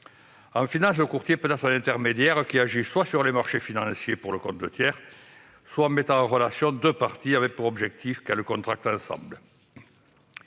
En finances, le courtier peut être un intermédiaire qui agit soit sur les marchés financiers pour le compte de tiers, soit en mettant en relation deux parties avec pour objectif qu'elles contractent ensemble.